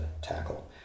tackle